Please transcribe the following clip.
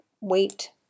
weight